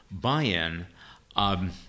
buy-in